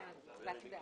תודה רבה.